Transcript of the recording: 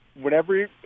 whenever